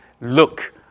look